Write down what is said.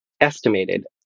estimated